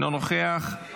אינו נוכח,